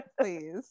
please